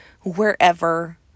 wherever